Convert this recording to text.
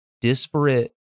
disparate